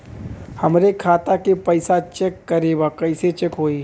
हमरे खाता के पैसा चेक करें बा कैसे चेक होई?